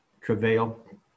travail